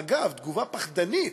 אגב, תגובה פחדנית,